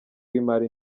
w’imari